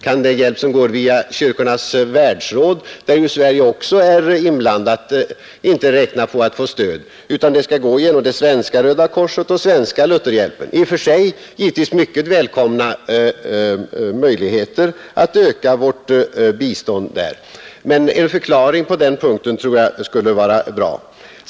Kan Kyrkornas världsråd, där Sverige också är med, inte räkna med stöd? Skall hjälpen gå enbart genom Svenska röda korset och Svenska Lutherhjälpen? I och för sig är det naturligtvis mycket välkomna möjligheter att öka vårt bistånd, men en förklaring på den punkten tror jag skulle vara bra.